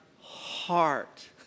heart